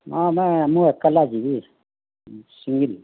ନା ନା ମୁଁ ଏକ୍ଲା ଯିବି ସିଙ୍ଗିଲ୍